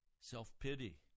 self-pity